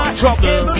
trouble